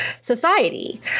society